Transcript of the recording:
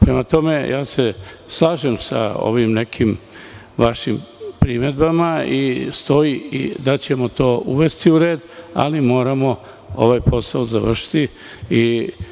Prema tome, slažem se sa ovim nekim vašim primedbama i stoji da ćemo to uvesti u red, ali moramo ovaj posao završiti.